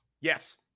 Yes